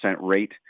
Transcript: rate